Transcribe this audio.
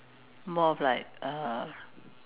more of like uh